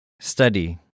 Study